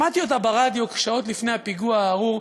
שמעתי אותה ברדיו שעות לפני הפיגוע הארור,